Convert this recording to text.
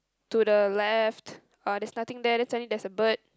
to the left uh there's nothing there then suddenly there's a bird